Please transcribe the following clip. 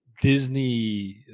Disney